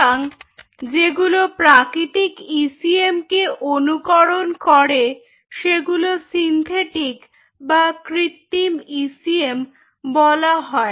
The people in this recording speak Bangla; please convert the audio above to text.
সুতরাং যেগুলো প্রাকৃতিক ইসিএমকে অনুকরণ করে সেগুলোকে সিন্থেটিক বা কৃত্রিম ইসিএম বলা হয়